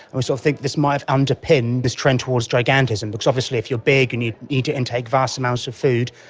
so think this might have underpinned this trend towards gigantism because obviously if you are big and you need to intake vast amounts of food,